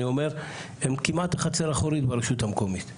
אני אומר הם כמעט חצר אחורית ברשות המקומית.